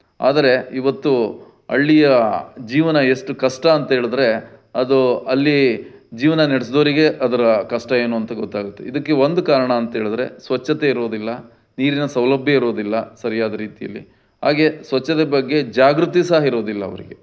ಆದರೆ ಇವತ್ತು ಹಳ್ಳಿಯ ಜೀವನ ಎಷ್ಟು ಕಷ್ಟ ಅಂತ ಹೇಳಿದ್ರೆ ಅದು ಅಲ್ಲಿ ಜೀವನ ನೆಡೆಸ್ದೋರಿಗೇ ಅದರ ಕಷ್ಟ ಏನು ಅಂತ ಗೊತ್ತಾಗುತ್ತೆ ಇದಕ್ಕೆ ಒಂದು ಕಾರಣ ಅಂತ ಹೇಳಿದ್ರೆ ಸ್ವಚ್ಛತೆ ಇರುವುದಿಲ್ಲ ನೀರಿನ ಸೌಲಭ್ಯ ಇರುವುದಿಲ್ಲ ಸರಿಯಾದ ರೀತಿಯಲ್ಲಿ ಹಾಗೇ ಸ್ವಚ್ಛತೆ ಬಗ್ಗೆ ಜಾಗೃತಿ ಸಹ ಇರುವುದಿಲ್ಲ ಅವರಿಗೆ